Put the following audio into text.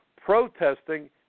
protesting